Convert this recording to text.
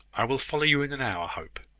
i will follow you in an hour, hope.